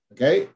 Okay